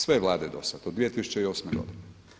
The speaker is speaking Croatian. Sve Vlade do sad od 2008. godine.